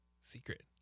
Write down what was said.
Secret